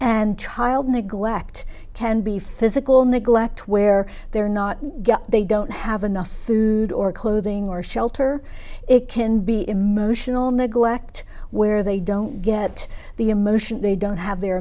and child neglect can be physical neglect where they're not they don't have enough food or clothing or shelter it can be emotional neglect where they don't get the emotion they don't have their